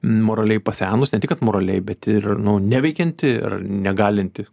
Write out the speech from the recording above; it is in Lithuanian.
moraliai pasenusi ne tik kad moraliai bet ir neveikianti ir negalinti